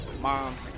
Moms